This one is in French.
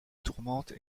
tourmente